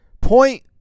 point